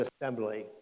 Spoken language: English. assembly